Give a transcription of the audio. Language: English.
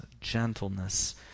gentleness